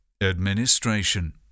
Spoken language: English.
administration